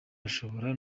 ashobora